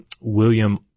William